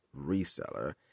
reseller